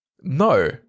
no